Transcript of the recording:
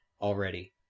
Already